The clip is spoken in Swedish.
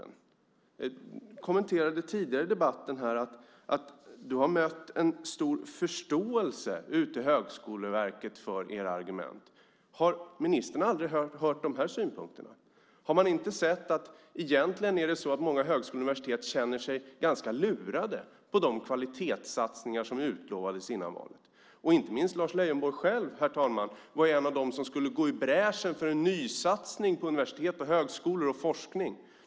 Du kommenterade tidigare i debatten att du har mött en stor förståelse i Högskoleverket för era argument. Har ministern aldrig hört dessa synpunkter? Har man inte sett att det egentligen är så att många högskolor och universitet känner sig ganska lurade på de kvalitetssatsningar som utlovades före valet? Inte minst Lars Leijonborg själv var en av dem som skulle gå i bräschen för en nysatsning på universitet, högskolor och forskning.